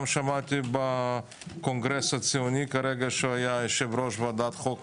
גם שמעתי בקונגרס הציוני שהיה יושב-ראש ועדת חוקה,